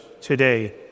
today